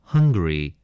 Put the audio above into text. Hungry